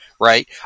right